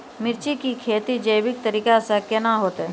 मिर्ची की खेती जैविक तरीका से के ना होते?